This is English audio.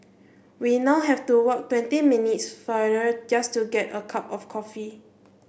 we now have to walk twenty minutes farther just to get a cup of coffee